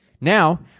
now